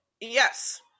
Yes